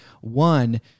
one